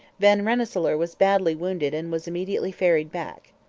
van rensselaer was badly wounded and was immediately ferried back.